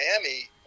Miami